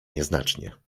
nieznacznie